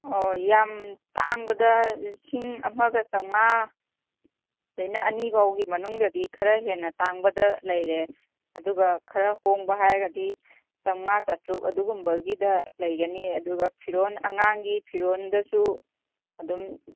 ꯑꯣ ꯌꯥꯝ ꯇꯥꯡꯕꯗ ꯂꯤꯁꯤꯡ ꯑꯃꯒ ꯆꯃꯉꯥꯗꯩꯅ ꯑꯅꯤꯐꯥꯎꯒꯤ ꯃꯅꯨꯡꯗꯗꯤ ꯈꯔ ꯍꯦꯟꯅ ꯇꯥꯡꯕꯗ ꯂꯩꯔꯦ ꯑꯗꯨꯒ ꯈꯔ ꯍꯣꯡꯕ ꯍꯥꯏꯔꯗꯤ ꯆꯃꯉꯥ ꯆꯥꯇꯔꯨꯛ ꯑꯗꯨꯒꯨꯝꯕꯒꯤꯗ ꯂꯩꯒꯅꯤ ꯑꯗꯨꯒ ꯐꯤꯔꯣꯟ ꯑꯉꯥꯡꯒꯤ ꯐꯤꯔꯣꯟꯗꯁꯨ ꯑꯗꯨꯝ